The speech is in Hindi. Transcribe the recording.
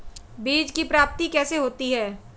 बीज की प्राप्ति कैसे होती है?